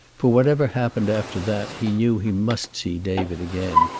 for whatever happened after that he knew he must see david again.